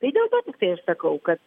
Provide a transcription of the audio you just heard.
tai dėl to tiktai aš sakau kad